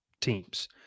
teams